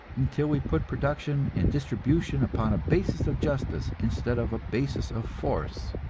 until we put production and distribution upon a basis of justice, instead of a basis of force.